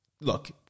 Look